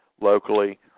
locally